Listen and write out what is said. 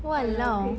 !walao!